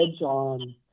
on